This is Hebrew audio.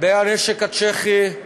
מהנשק הצ'כי,